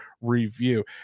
review